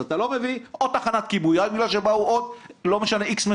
אז אתה לא מביא עוד תחנת כיבוי רק בגלל שבאו עוד x מטוסים.